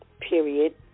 period